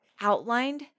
outlined